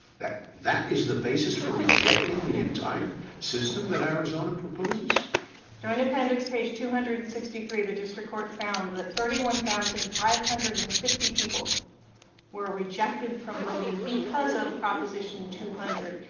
that that is the basis for rejecting the entire system that arizona proposes? millett joint appendix page two hundred and sixty three, the district court found that thirty one thousand five hundred and fifty people were rejected from voting because of proposition two hundred.